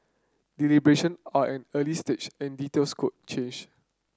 deliberation are an early stage and details could change